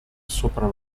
sopra